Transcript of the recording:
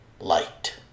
light